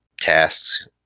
tasks